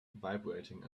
vibrating